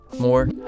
More